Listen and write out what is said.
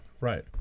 Right